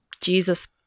Jesus